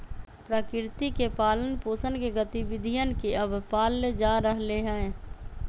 प्रकृति के पालन पोसन के गतिविधियन के अब पाल्ल जा रहले है